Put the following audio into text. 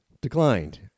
declined